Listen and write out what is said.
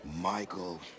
Michael